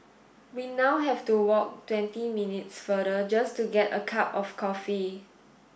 we now have to walk twenty minutes farther just to get a cup of coffee